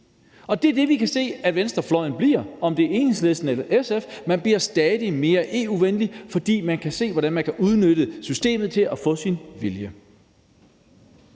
Det er det, vi kan se at venstrefløjen bliver. Om det er Enhedslisten eller SF, bliver man stadig mere EU-venlig, fordi man kan se, hvordan man kan udnytte systemet til at få sin vilje.